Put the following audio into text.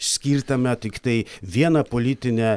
skirtame tiktai vieną politinę